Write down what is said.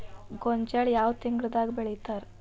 ಗೋಂಜಾಳ ಯಾವ ತಿಂಗಳದಾಗ್ ಬೆಳಿತಾರ?